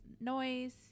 noise